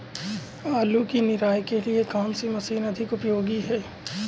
आलू की निराई के लिए कौन सी मशीन अधिक उपयोगी है?